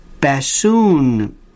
bassoon